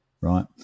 right